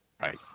Right